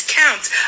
counts